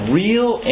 real